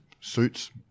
suits